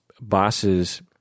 bosses